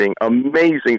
amazing